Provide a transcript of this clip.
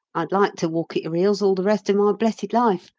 i'd like to walk at your heels all the rest of my blessed life.